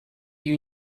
you